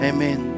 Amen